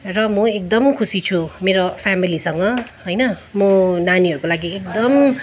र म एकदम खुसी छु मेरो फ्यामेलीसँग होइन म नानीहरूको लागि एकदम